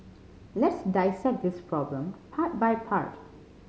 let's dissect this problem part by part